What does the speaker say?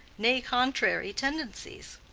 nay, contrary tendencies.